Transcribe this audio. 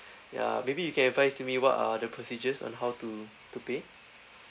yeah maybe you can advise me what are the procedures on how to to pay